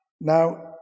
Now